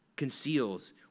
Conceals